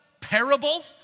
Parable